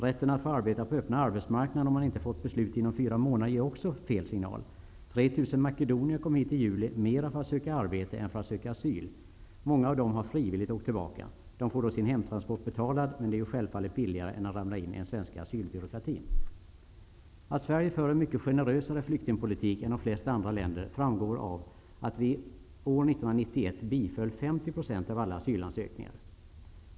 Rätten att få arbeta på öppna arbetsmarknaden om man inte har fått beslut inom fyra månader ger också fel signal. 3 000 makedoner kom hit i juli, mera för att söka arbete än för att söka asyl. Många av dessa har frivilligt åkt tillbaka. De får då sin hemtransport betald, men detta är ju självfallet billigare än att de ramlar in i den svenska asylbyråkratin. Att Sverige för en mycket generösare flyktingpolitik än de flesta andra länder framgår av att vi år 1991 biföll 50 % av alla asylansökningar.